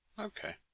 okay